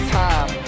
time